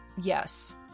yes